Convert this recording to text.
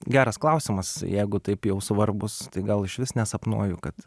geras klausimas jeigu taip jau svarbūs tai gal išvis nesapnuoju kad